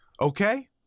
Okay